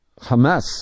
Hamas